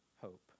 hope